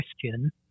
Christian